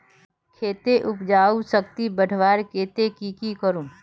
खेतेर उपजाऊ शक्ति बढ़वार केते की की करूम?